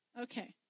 Okay